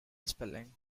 spelling